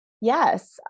Yes